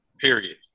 period